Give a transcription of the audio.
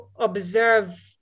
observe